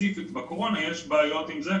ספציפית בקורונה יש בעיות עם זה,